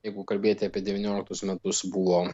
jeigu kalbėti apie devynioliktus metus buvo